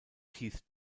keith